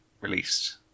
released